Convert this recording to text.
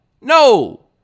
no